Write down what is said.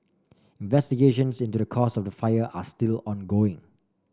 investigations into the cause of the fire are still ongoing